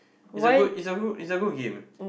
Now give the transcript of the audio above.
is a good is a good is a good game